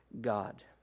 God